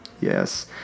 Yes